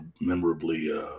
memorably